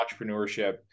entrepreneurship